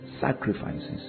sacrifices